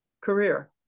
career